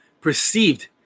perceived